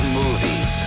movies